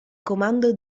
comando